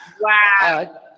wow